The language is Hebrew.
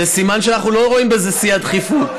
זה סימן שאנחנו לא רואים בזה שיא הדחיפות.